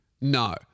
No